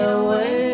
away